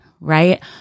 Right